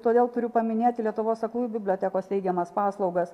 todėl turiu paminėti lietuvos aklųjų bibliotekos teikiamas paslaugas